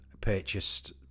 purchased